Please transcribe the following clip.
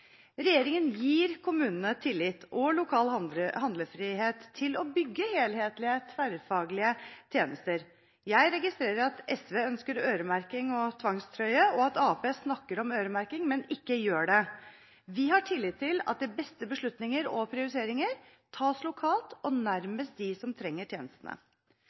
å bygge helhetlige tverrfaglige tjenester. Jeg registrerer at SV ønsker øremerking og tvangstrøye, og at Arbeiderpartiet snakker om øremerking, men ikke gjør det. Vi har tillit til at de beste beslutninger og prioriteringer tas lokalt og nærmest dem som trenger tjenestene.